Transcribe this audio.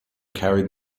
carried